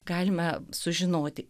galime sužinoti